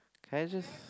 can I just